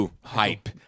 Hype